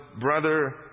brother